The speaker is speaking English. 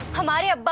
tomato! but